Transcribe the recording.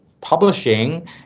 publishing